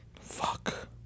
Fuck